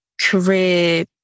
career